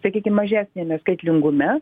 sakykim mažesniame skaitlingume